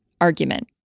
argument